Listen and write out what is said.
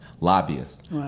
lobbyists